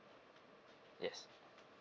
yes